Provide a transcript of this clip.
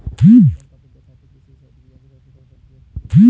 State Bank of India के खाते की शेष राशि की जॉंच कैसे की जा सकती है?